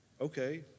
Okay